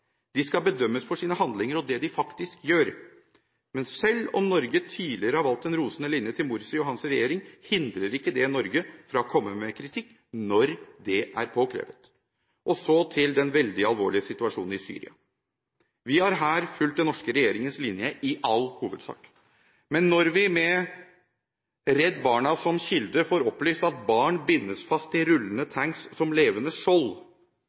De skal bedømmes for sine handlinger og det de faktisk gjør. Men selv om Norge tidligere har valgt en rosende linje til Morsi og hans regjering, hindrer ikke det Norge fra å komme med kritikk når det er påkrevet. Så til den veldig alvorlige situasjonen i Syria: Vi har her fulgt den norske regjeringens linje i all hovedsak. Men når vi med Redd Barna som kilde får opplyst at barn bindes fast i rullende tanks som levende skjold,